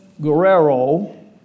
Guerrero